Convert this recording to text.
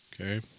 okay